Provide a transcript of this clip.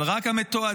אבל רק המתועדים,